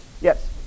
Yes